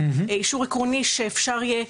אישור עקרוני שאפשר יהיה,